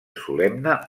solemne